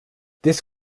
this